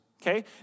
okay